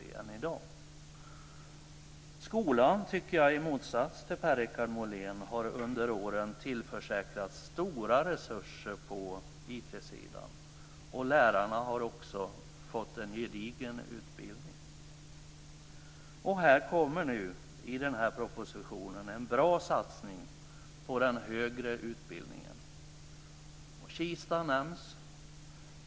I motsats till Per-Richard Molén tycker jag att skolan under åren har tillförsäkrats stora resurser på IT-sidan. Lärarna har också fått en gedigen utbildning. I den här propositionen kommer nu en bra satsning på den högre utbildningen. Kista nämns.